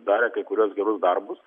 darė kai kuriuos gerus darbus